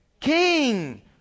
King